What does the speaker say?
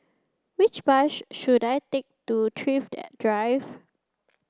which bus should I take to Thrift Drive